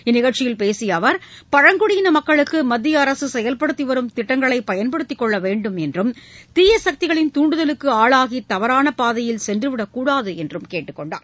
இந்த நிகழ்ச்சியில் பேசிய அவர் பழங்குடியின மக்களுக்கு மத்திய அரசு செயல்படுத்திவரும் திட்டங்களை பயன்படுத்திக்கொள்ள வேண்டும் என்றும் தீய சக்திகளின் தூண்டுதலுக்கு ஆளாகி தவறான பாதையில் சென்றுவிடக்கூடாது என்றார்